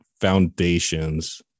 foundations